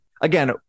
again